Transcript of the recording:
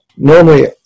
Normally